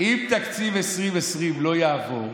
אם תקציב 2020 לא יעבור,